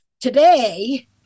today